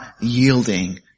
yielding